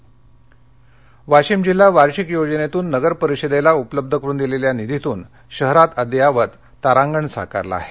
तारांगण वाशिम वाशिम जिल्हा वार्षिक योजनेतून नगरपरिषदेला उपलब्ध करून दिलेल्या निधीतून शहरात अद्ययावत तारांगण साकारले आहे